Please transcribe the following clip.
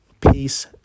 Peace